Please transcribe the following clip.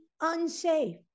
unsafe